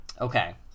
okay